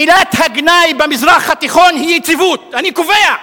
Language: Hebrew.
מילת הגנאי במזרח התיכון היא "יציבות" אני קובע.